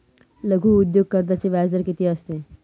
लघु उद्योग कर्जाचे व्याजदर किती असते?